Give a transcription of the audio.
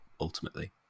ultimately